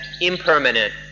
impermanent